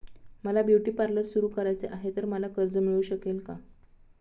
मला beauty parlour सुरू करायचे आहे तर मला कर्ज मिळू शकेल का?